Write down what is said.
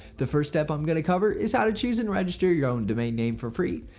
the first step i'm going to cover is how to choose and register your own domain name for free.